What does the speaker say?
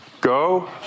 go